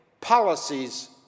policies